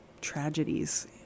tragedies